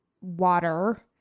water